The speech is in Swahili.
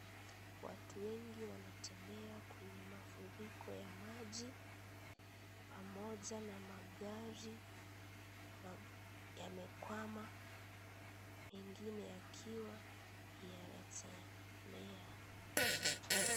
Watu wengi wanatembea kwenye mafuriko ya maji pamoja na magari yamekwama mengine yakiwa yanatembea.